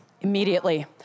immediately